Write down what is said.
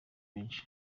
bensi